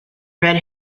red